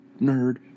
nerd